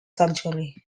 surgery